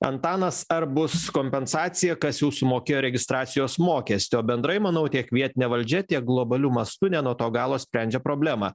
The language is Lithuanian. antanas ar bus kompensacija kas jau sumokėjo registracijos mokestį o bendrai manau tiek vietinė valdžia tiek globaliu mastu ne nuo to galo sprendžia problemą